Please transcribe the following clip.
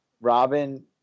Robin